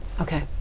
Okay